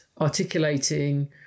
articulating